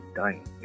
dying